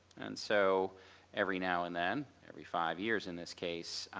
and so every now and then, every five years in this case,